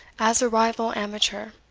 as a rival amateur,